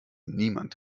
niemand